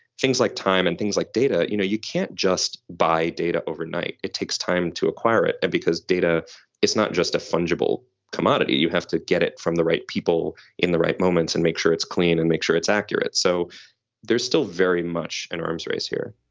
things like time and things like data. you know, you can't just buy data overnight. it takes time to acquire it it because data is not just a fungible commodity. you have to get it from the right people in the right moments and make sure it's clean and make sure it's accurate. so there's still very much an arms race here